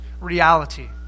reality